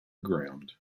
ground